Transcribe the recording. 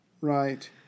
Right